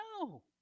no